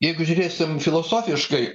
jeigu žiūrėsim filosofiškai